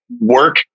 work